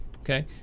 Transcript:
Okay